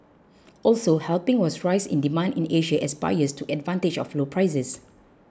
also helping was a rise in demand in Asia as buyers took advantage of low prices